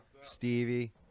Stevie